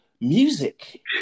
music